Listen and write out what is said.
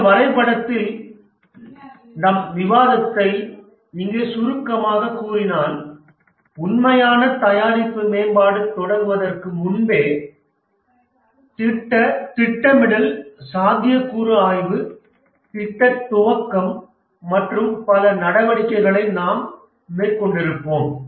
இந்த வரைபடத்தில் நம் விவாதத்தை இங்கே சுருக்கமாகக் கூறினால் உண்மையான தயாரிப்பு மேம்பாடு தொடங்குவதற்கு முன்பே திட்ட திட்டமிடல் சாத்தியக்கூறு ஆய்வு திட்ட துவக்கம் மற்றும் பல நடவடிக்கைகளை நாம் மேற்கொண்டிருப்போம்